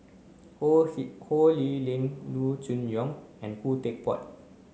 Ho He Ho Lee Ling Loo Choon Yong and Khoo Teck Puat